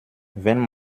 wenn